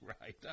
right